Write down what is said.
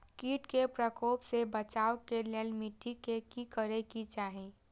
किट के प्रकोप से बचाव के लेल मिटी के कि करे के चाही?